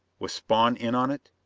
was spawn in on it?